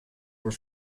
were